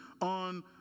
on